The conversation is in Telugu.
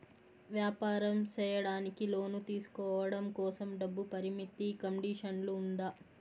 వ్యాపారం సేయడానికి లోను తీసుకోవడం కోసం, డబ్బు పరిమితి కండిషన్లు ఉందా?